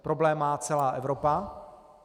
Problém má celá Evropa.